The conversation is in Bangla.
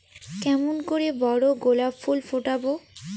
কেমন করে বড় গোলাপ ফুল ফোটাব?